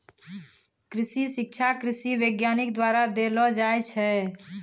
कृषि शिक्षा कृषि वैज्ञानिक द्वारा देलो जाय छै